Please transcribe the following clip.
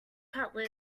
cutlet